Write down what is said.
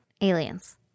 Aliens